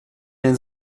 den